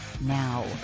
Now